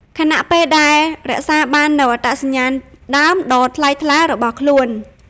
ខណៈពេលដែលរក្សាបាននូវអត្តសញ្ញាណដើមដ៏ថ្លៃថ្លារបស់ខ្លួន។